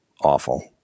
awful